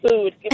food